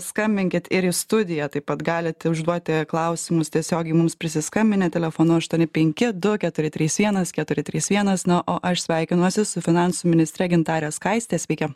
skambinkit ir į studiją taip pat galit užduoti klausimus tiesiogiai mums prisiskambinę telefonu aštuoni penki du keturi trys vienas keturi trys vienas na o aš sveikinuosi su finansų ministre gintare skaiste sveiki